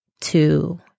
two